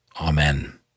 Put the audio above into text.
Amen